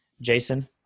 Jason